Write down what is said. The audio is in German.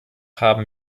haben